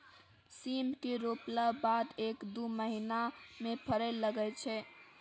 सीम केँ रोपला बाद एक दु महीना मे फरय लगय छै